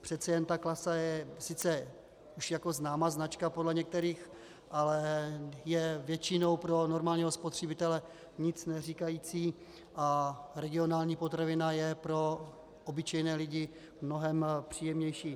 Přece jen ta Klasa je sice už známá značka podle některých, ale většinou pro normálního spotřebitele nic neříkající a regionální potravina je pro obyčejné lidi mnohem příjemnější.